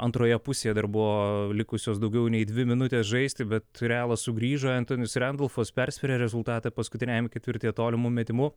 antroje pusėje dar buvo likusios daugiau nei dvi minutės žaisti bet realas sugrįžo entonis rendolfas persvėrė rezultatą paskutiniajam ketvirtyje tolimu metimu